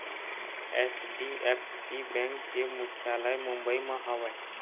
HDFC bank के मुख्यालय मुंबई म हवय